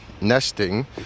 nesting